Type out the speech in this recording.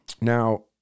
Now